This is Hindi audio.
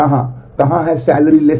कहां कहां है सैलरी 75000